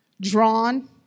drawn